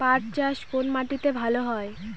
পাট চাষ কোন মাটিতে ভালো হয়?